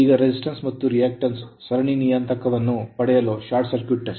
ಈಗ resistance ಪ್ರತಿರೋಧ ಮತ್ತು reactance ಪ್ರತಿಕ್ರಿಯೆಯ ಸರಣಿ ನಿಯತಾಂಕವನ್ನು ಪಡೆಯಲು ಶಾರ್ಟ್ ಸರ್ಕ್ಯೂಟ್ ಟೆಸ್ಟ್